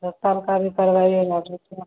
दस साल का भी करवाइएगा तो उसमें